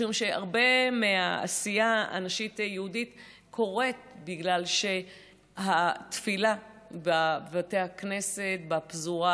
משום שהרבה מהעשייה הנשית היהודית קורית בגלל שהתפילה בבתי הכנסת בפזורה